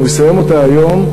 אם הוא יסיים אותה היום,